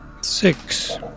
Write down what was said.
Six